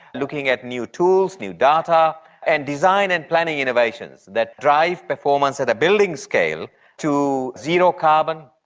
looking at new tools, new data, and design and planning innovations that drive performance at a building scale to zero carbon,